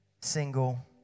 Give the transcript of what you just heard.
single